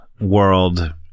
world